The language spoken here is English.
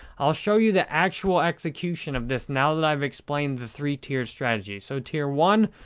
i'll show you the actual execution of this now that i've explained the three-tier strategy. so, tier one,